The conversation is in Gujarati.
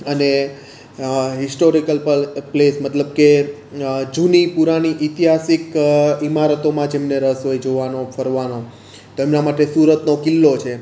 અને હિસ્ટોરીકલ પલ પ્લેસ મતલબ કે જૂની પુરાની ઇતિહાસિક ઇમારતોમાં જેમને રસ હોય જોવાનો ફરવાનો તો એમના માટે સુરતનો કિલ્લો છે